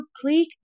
click